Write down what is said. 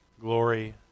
glory